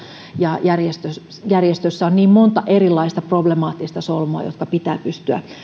ja järjestössä järjestössä on niin monta erilaista problemaattista solmua jotka pitää pystyä